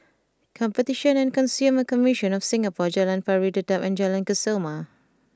Competition and Consumer Commission of Singapore Jalan Pari Dedap and Jalan Kesoma